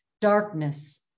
darkness